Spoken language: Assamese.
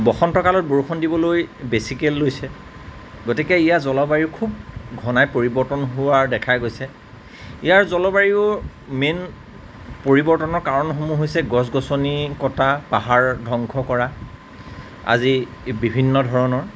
বসন্ত কালত বৰষুণ দিবলৈ বেছিকৈ লৈছে গতিকে ইয়াৰ জলবায়ু খুব ঘনাই পৰিবৰ্তন হোৱা দেখা গৈছে ইয়াৰ জলবায়ুৰ মেইন পৰিবৰ্তনৰ কাৰণসমূহ হৈছে গছ গছনি কটা পাহাৰ ধ্বংস কৰা আদি বিভিন্ন ধৰণৰ